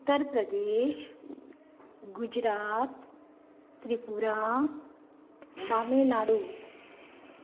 Uttar Pradesh Gujarat Tripura Tamil Nadu